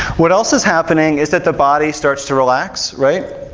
what else is happening is that the body starts to relax, right?